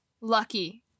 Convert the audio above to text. lucky